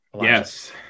Yes